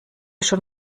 schon